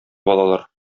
алалар